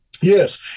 Yes